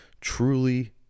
truly